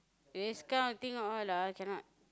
this kind of thing all ah cannot